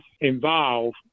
involved